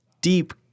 deep